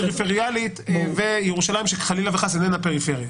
פריפריאלית ולירושלים שהיא חלילה וחס איננה פריפריה.